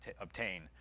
obtain